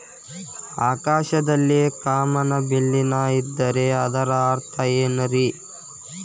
ಆಕಾಶದಲ್ಲಿ ಕಾಮನಬಿಲ್ಲಿನ ಇದ್ದರೆ ಅದರ ಅರ್ಥ ಏನ್ ರಿ?